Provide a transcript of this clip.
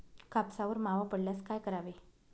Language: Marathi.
कापसावर मावा पडल्यास काय करावे?